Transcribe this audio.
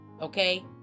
Okay